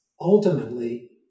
ultimately